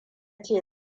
ce